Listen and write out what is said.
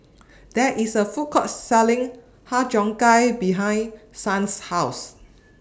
There IS A Food Court Selling Har Cheong Gai behind Son's House